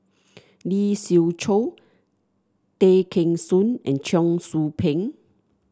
Lee Siew Choh Tay Kheng Soon and Cheong Soo Pieng